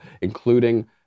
including